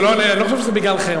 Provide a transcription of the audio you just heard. אני לא חושב שזה בגלל חרם,